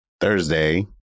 Thursday